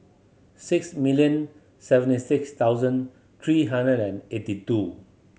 six million seventy six thousand three hundred and eighty two